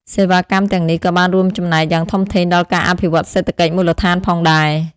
សេវាកម្មទាំងនេះក៏បានរួមចំណែកយ៉ាងធំធេងដល់ការអភិវឌ្ឍន៍សេដ្ឋកិច្ចមូលដ្ឋានផងដែរ។